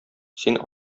син